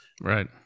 Right